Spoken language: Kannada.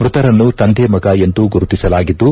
ಮೃತರನ್ನು ತಂದೆ ಮಗ ಎಂದು ಗುರುತಿಸಲಾಗಿದ್ದು